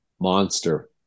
monster